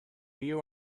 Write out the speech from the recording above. you